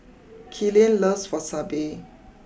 Killian loves Wasabi